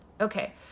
okay